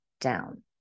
down